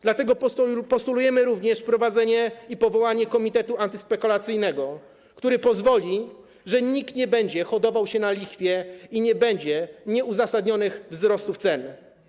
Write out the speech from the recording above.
Dlatego postulujemy również wprowadzenie i powołanie komitetu antyspekulacyjnego, który pozwoli, że nikt nie będzie hodował się na lichwie, że nie będzie nieuzasadnionych wzrostów cen.